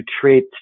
treat